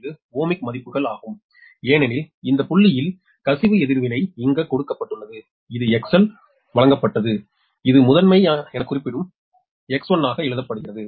027 ohmic மதிப்புகள் ஆகும் ஏனெனில் இந்த புள்ளியில் கசிவு எதிர்வினை இங்கு கொடுக்கப்பட்டுள்ளது இது XL வழங்கப்பட்டது இது முதன்மை என குறிப்பிடப்படும் X1 ஆக எழுதப்படுகிறது